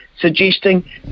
suggesting